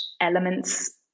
elements